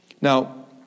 Now